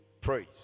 Praise